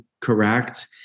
correct